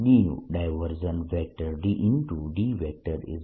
D નું divergence